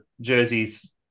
jerseys